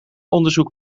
onderzoek